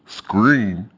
screen